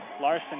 Larson